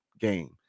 game